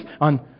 on